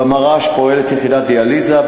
במר"ש פועלת יחידת דיאליזה,